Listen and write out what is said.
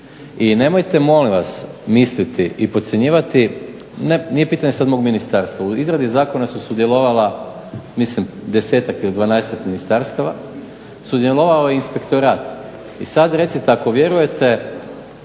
I nemojte molim vas misliti i podcjenjivati, nije pitanje sad mog ministarstva, u izradi zakona su sudjelovala mislim 10-tak ili 12-tak ministarstava, sudjelovao je i inspektorat i sad recite ako vjerujete